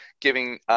giving